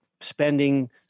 spending